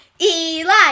Eli